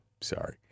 sorry